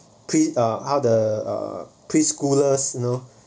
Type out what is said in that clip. pre~ uh other uh preschoolers you know